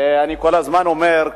אני כל הזמן אומר,